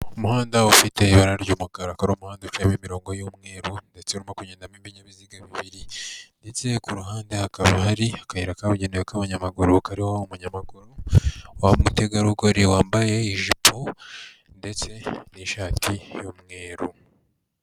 Umuhanda ufite ibara ry'umukara, ukaba ari umuhanda uciyemo imirongo y'umweru, ndetse urimo kugendaramo ibinyabiziga bibiri , ndetse ku ruhande hakaba hari akayira kabugenewe k'abanyamaguru, karimo umunyamaguru w'umutegarugori wambaye ijipo ndetse n'ishati y'umweru.